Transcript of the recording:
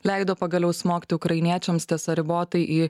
leido pagaliau smogti ukrainiečiams tesą ribotai į